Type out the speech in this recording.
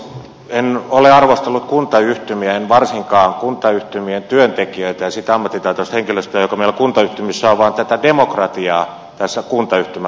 en ole arvostellut kuntayhtymiä en varsinkaan kuntayhtymien työntekijöitä ja sitä ammattitaitoista henkilöstöä joka meillä kuntayhtymissä on vaan tätä demokratiaa tässä kuntayhtymärakenteessa